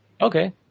Okay